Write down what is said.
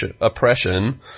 oppression